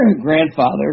grandfather